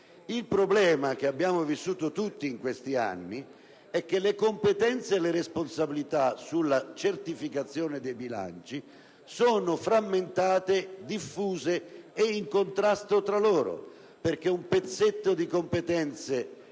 il problema che abbiamo vissuto tutti in questi anni è che le competenze e le responsabilità sulla certificazione dei bilanci sono frammentate, diffuse e in contrasto tra loro; infatti, una parte delle competenze